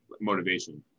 motivation